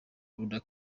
luther